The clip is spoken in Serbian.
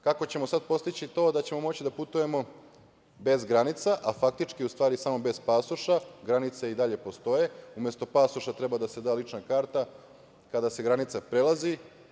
Kako ćemo sada postići to da ćemo moći da putujemo bez granica, a faktički u stvari samo bez pasoša, granice i dalje postoje, umesto pasoša treba da se da lična karta kada se granica prelazi.